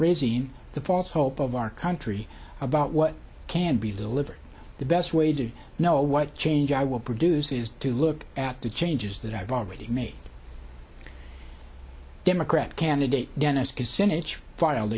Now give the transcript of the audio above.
raising the false hope of our country about what can be delivered the best way to know what change i will produce is to look at the changes that i've already made democrat candidate dennis kucinich filed